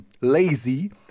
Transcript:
Lazy